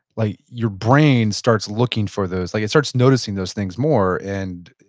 like your brain starts looking for those. like it starts noticing those things more and,